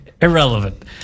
Irrelevant